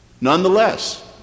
Nonetheless